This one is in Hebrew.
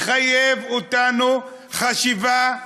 מחייב אותנו לחשיבה עצמית.